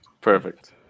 Perfect